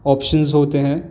options होते हैं